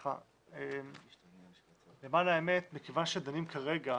למען האמת, מכיוון שדנים כרגע